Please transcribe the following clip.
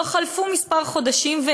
לא חלפו חודשים מספר,